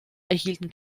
erhielten